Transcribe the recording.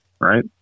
right